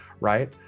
right